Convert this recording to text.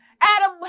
Adam